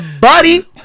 buddy